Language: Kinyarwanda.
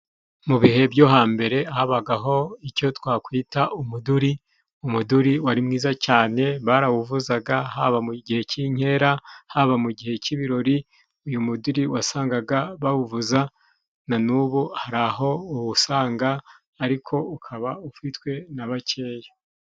Mu bihe byo hambere habagaho icyo twakwita umuduri. Umuduri wari mwiza cyane barawuvuzaga haba mu gihe cy'inkera, haba mu gihe cy'ibirori, uyu mudiri wasangaga bawuvuza. Na n'ubu hari aho uwusanga ariko ukaba ufitwe na bakeya.